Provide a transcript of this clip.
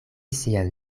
sian